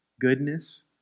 goodness